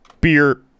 beer